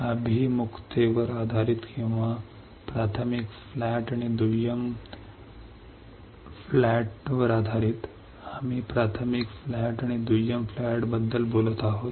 अभिमुखतेवर आधारित किंवा प्राथमिक फ्लॅट आणि दुय्यम फ्लॅटवर आधारित आम्ही प्राथमिक फ्लॅट आणि दुय्यम फ्लॅटबद्दल बोलत आहोत